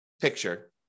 picture